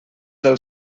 del